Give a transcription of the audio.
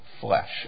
flesh